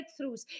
breakthroughs